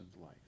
life